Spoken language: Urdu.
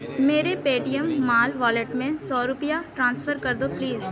میرے Paytm mall wallet میں سو روپیہ ٹرانسفر کر دو پلیز